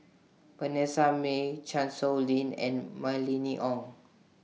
Vanessa Mae Chan Sow Lin and Mylene Ong